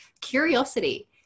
curiosity